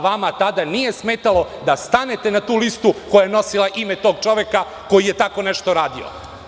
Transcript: Vama tada nije smetalo da stanete na tu listu koja je nosila ime tog čoveka koji je tako nešto radio.